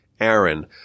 Aaron